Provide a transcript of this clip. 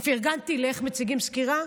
פרגנתי לאיך מציגים סקירה,